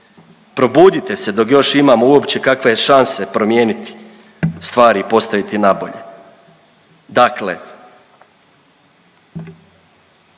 probudite se dok još uopće imamo kakve šanse promijeniti stvari i postaviti na bolje. Dakle,